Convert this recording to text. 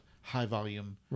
high-volume